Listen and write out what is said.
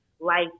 life